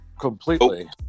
completely